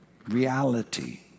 Reality